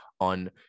on